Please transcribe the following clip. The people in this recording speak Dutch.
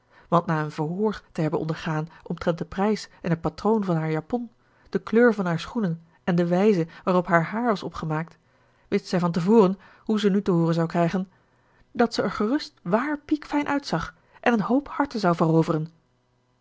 want na een verhoor te hebben ondergaan omtrent den prijs en het patroon van haar japon de kleur van haar schoenen en de wijze waarop haar haar was opgemaakt wist zij van te voren hoe ze nu te hooren zou krijgen dat ze er gerust waar piekfijn uitzag en een hoop harten zou veroveren